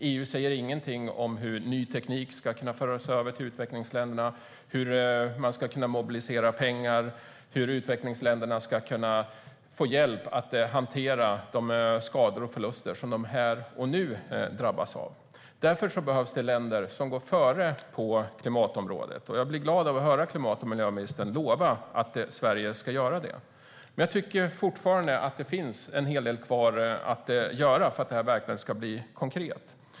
EU säger ingenting om hur ny teknik ska kunna överföras till utvecklingsländerna, hur man ska kunna mobilisera pengar och hur utvecklingsländerna ska kunna få hjälp att hantera de skador och förluster som de drabbas av. Därför behövs det länder som går före på klimatområdet. Jag blev glad över att höra klimat och miljöministern lova att Sverige ska göra det. Men det finns fortfarande en hel del kvar att göra för att det hela ska bli konkret.